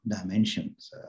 dimensions